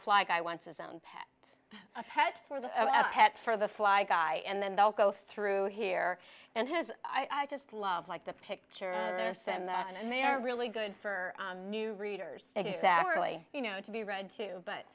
fly guy wants his own path a pet for the pet for the fly guy and then they'll go through here and has i just love like the picture of a sim that and they are really good for new readers exactly you know to be read to but